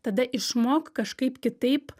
tada išmok kažkaip kitaip